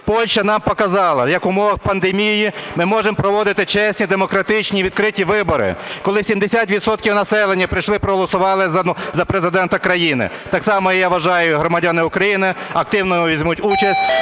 Польща нам показала, як в умовах пандемії ми можемо проводити чесні, демократичні, відкриті вибори, коли 70 відсотків населення прийшли і проголосували за Президента країни. Так само, я вважаю, і громадяни України активно візьмуть участь